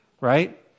Right